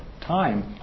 time